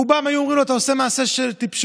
רובם היו אומרים לו: אתה עושה מעשה של טיפשות.